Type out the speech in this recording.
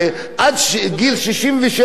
50 שנה לעבוד בבניין?